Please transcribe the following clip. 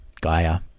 Gaia